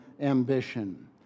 ambition